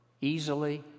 easily